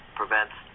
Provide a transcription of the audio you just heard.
prevents